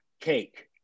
cake